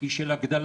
היא של הגדלה